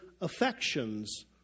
affections